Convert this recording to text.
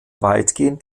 weitgehend